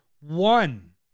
one